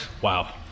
Wow